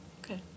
Okay